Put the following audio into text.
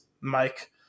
Mike